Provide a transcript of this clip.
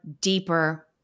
deeper